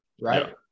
right